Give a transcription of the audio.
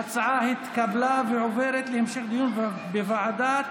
ההצעה התקבלה ועוברת להמשך דיון בוועדת,